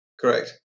Correct